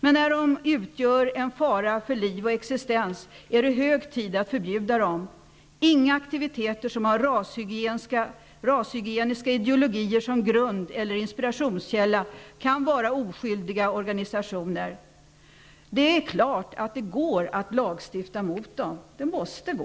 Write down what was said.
Men när de utgör en fara för liv och existens är det hög tid att förbjuda dem. Inga aktiviteter som har rashygieniska ideologier som grund eller inspirationskälla kan vara oskyldiga organisationer. Det är klart att det går att lagstifta mot organisationerna. Det måste gå!